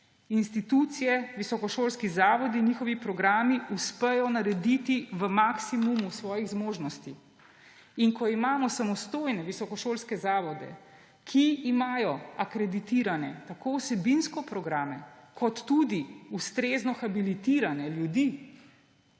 institucije, visokošolski zavodi, njihovi programi uspejo narediti v maksimumu svojih zmožnosti. In ko imamo samostojne visokošolske zavode, ki imajo vsebinsko akreditirane programe kot tudi ustrezno habilitirane ljudi,